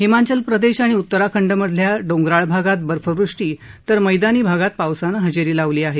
हिमाचल प्रदेश आणि उत्तराखंडमधल्या डोंगराळ भागात बर्फवृष्टी तर मैदानी भागात पावसानं हजेरी लावली आहे